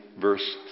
verse